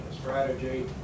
strategy